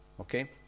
Okay